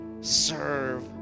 serve